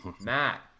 Matt